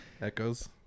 Echoes